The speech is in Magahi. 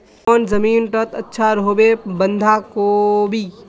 कौन जमीन टत अच्छा रोहबे बंधाकोबी?